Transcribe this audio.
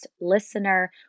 listener